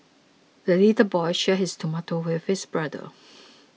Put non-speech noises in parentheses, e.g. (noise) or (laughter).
the little boy shared his tomato with his brother (noise)